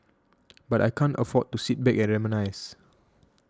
but I can't afford to sit back and reminisce